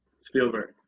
Spielberg